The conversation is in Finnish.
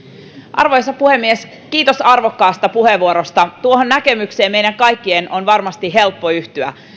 arvoisa puhemies kiitos arvokkaasta puheenvuorosta tuohon näkemykseen meidän kaikkien on varmasti helppo yhtyä